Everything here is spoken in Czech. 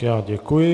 Já děkuji.